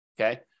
okay